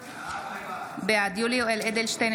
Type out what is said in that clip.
בעד יולי יואל אדלשטיין,